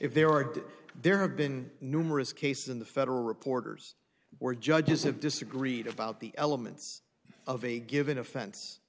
if there are there have been numerous cases in the federal reporters were judges have disagreed about the elements of a given offense